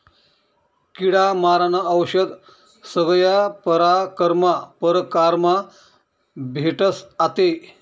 किडा मारानं औशद सगया परकारमा भेटस आते